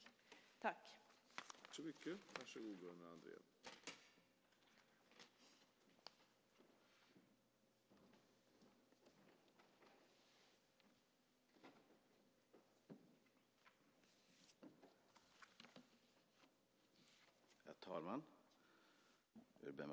Då Cecilia Wigström, som framställt interpellationen, anmält att hon var förhindrad att närvara vid sammanträdet medgav talmannen att Gunnar Andrén i stället fick delta i överläggningen.